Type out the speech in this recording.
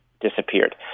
disappeared